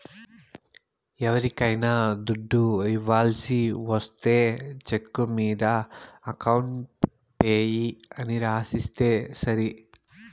ఎవరికైనా దుడ్డు ఇవ్వాల్సి ఒస్తే చెక్కు మీద అకౌంట్ పేయీ అని రాసిస్తే సరి